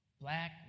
Black